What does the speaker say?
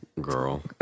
Girl